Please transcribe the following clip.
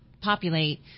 populate